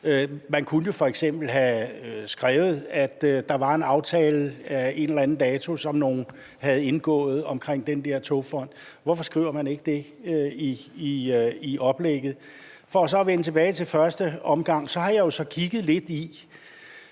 Man kunne jo f.eks. have skrevet, at der er en aftale af en eller anden dato, som nogle har indgået, om den der togfond. Hvorfor skriver man ikke det i oplægget? For så at vende tilbage til første omgang vil jeg sige, at jeg